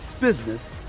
business